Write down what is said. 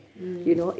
mm